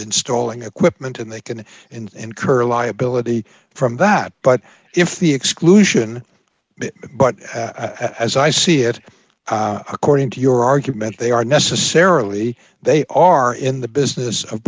installing equipment and they can incur liability from that but if the exclusion but as i see it according to your argument they are necessarily they are in the business of